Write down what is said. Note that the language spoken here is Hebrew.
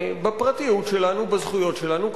בפרטיות שלנו, בזכויות שלנו.